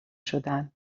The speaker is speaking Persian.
شدن